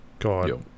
God